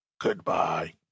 goodbye